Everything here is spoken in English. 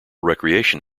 recreation